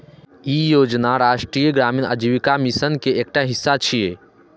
ई योजना राष्ट्रीय ग्रामीण आजीविका मिशन के एकटा हिस्सा छियै